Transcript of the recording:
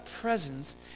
presence